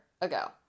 ago